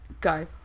Go